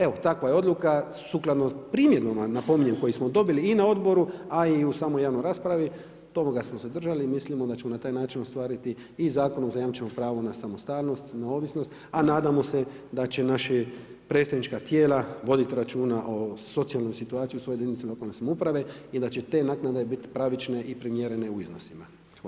Evo takva je odluka sukladno primjedbama napominjem koje smo dobili i na odboru a i u samoj javnoj raspravi, toga smo se držali, mislim da ćemo na taj način ostvariti i zakonom zajamčeno pravo na samostalnost i na ovisnost a nadamo se da će naša predstavnička tijela voditi računa o socijalnoj situaciji u svojoj jedinici lokalne samouprave i da će te naknade biti pravične i primjerene u iznosima.